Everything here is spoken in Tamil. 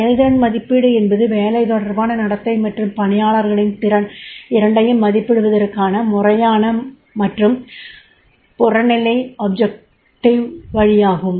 செயல்திறன் மதிப்பீடு என்பது வேலை தொடர்பான நடத்தை மற்றும் பணியாளர்களின் திறன் இரண்டையும் மதிப்பிடுவதற்கான முறையான மற்றும் புறநிலை வழியாகும்